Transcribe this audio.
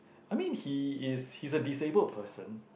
I mean he is he is a disabled person